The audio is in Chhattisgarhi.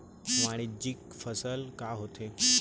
वाणिज्यिक फसल का होथे?